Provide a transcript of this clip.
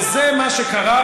וזה מה שקרה.